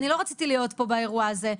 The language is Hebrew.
אני לא רציתי להיות פה באירוע הזה,